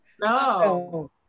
No